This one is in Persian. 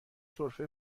سرفه